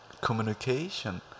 communication